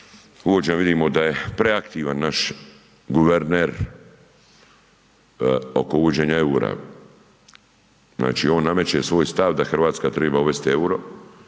uvođenja, vidimo da je preaktivan naš guverner oko uvođenja EUR-a, znači on nameće svoj stav da Hrvatska triba uvesti